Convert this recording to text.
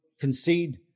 concede